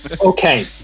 okay